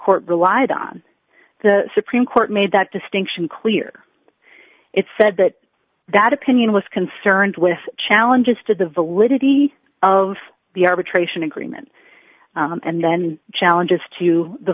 court relied on the supreme court made that distinction clear it said that that opinion was concerned with challenges to the validity of the arbitration agreement and then challenges to the